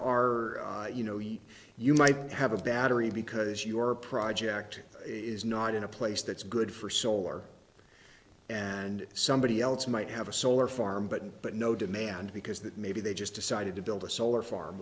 are you know you you might have a battery because your project is not in a place that's good for solar and somebody else might have a solar farm but but no demand because that maybe they just decided to build a solar farm